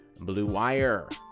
BLUEWIRE